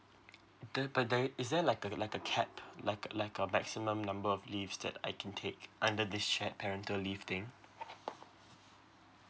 the pante~ is there like a like a cap like a like a maximum number of leaves that I can take under this shared parental leave thing